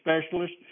specialist